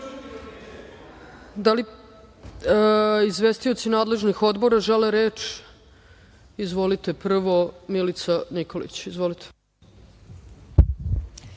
li izvestioci nadležnih odbora žele reč? (Da.)Reč ima Milica Nikolić. Izvolite.